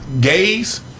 gays